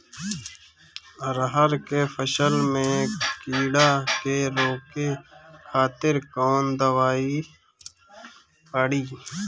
अरहर के फसल में कीड़ा के रोके खातिर कौन दवाई पड़ी?